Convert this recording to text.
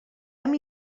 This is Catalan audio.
amb